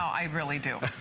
i really do.